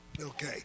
Okay